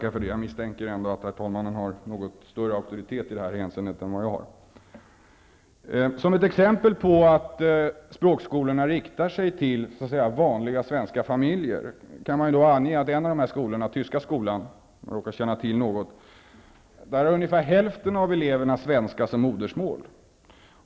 Som ett exempel på att språkskolorna riktar sig till så att säga vanliga svenska familjer kan man då ange att i en av de här skolorna, Tyska skolan, som jag råkar känna till något, har ungefär hälften av eleverna svenska som modersmål.